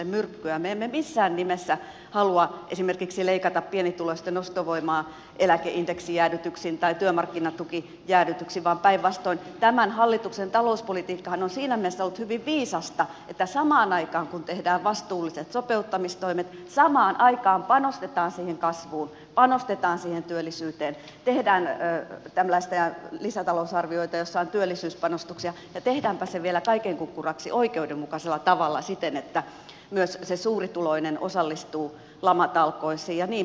me emme missään nimessä halua esimerkiksi leikata pienituloisten ostovoimaa eläkeindeksijäädytyksin tai työmarkkinatukijäädytyksin vaan päinvastoin tämän hallituksen talouspolitiikkahan on siinä mielessä ollut hyvin viisasta että samaan aikaan kun tehdään vastuulliset sopeuttamistoimet samaan aikaan panostetaan siihen kasvuun panostetaan siihen työllisyyteen tehdään tällaisia lisätalousarvioita joissa on työllisyyspanostuksia ja tehdäänpä se vielä kaiken kukkuraksi oikeudenmukaisella tavalla siten että myös se suurituloinen osallistuu lamatalkoisiin jnp